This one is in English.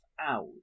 out